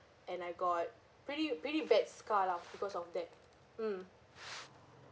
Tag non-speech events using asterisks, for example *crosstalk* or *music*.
and I got pretty pretty bad scar lah because of that mm *noise*